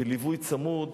וליווי צמוד.